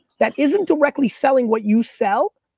that isn't directly selling what you sell,